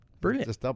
Brilliant